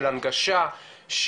של הנגשה,